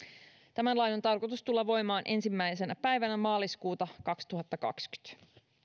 tämän lain on tarkoitus tulla voimaan ensimmäisenä päivänä maaliskuuta kaksituhattakaksikymmentä